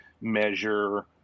measure